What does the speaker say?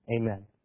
Amen